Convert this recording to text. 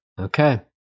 okay